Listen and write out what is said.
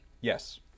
Yes